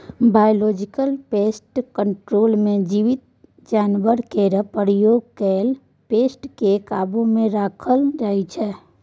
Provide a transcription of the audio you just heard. biological pest control मे जीबित जानबरकेँ प्रयोग कए पेस्ट केँ काबु मे राखल जाइ छै